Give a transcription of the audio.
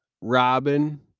Robin